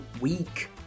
week